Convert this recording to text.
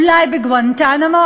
אולי בגואנטנמו,